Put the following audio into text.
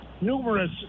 numerous